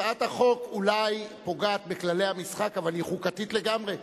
הצעת החוק אולי פוגעת בכללי המשחק אבל היא חוקתית לגמרי.